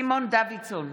סימון דוידסון,